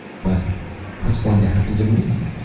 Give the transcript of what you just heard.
but what's going to happen to me?